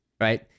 right